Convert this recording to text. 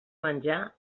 menjar